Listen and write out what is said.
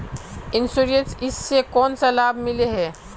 Insurance इस से कोन सा लाभ मिले है?